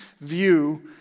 view